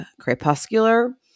crepuscular